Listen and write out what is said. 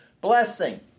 blessing